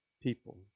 people